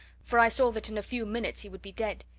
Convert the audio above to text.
for i saw that in a few minutes he would be dead.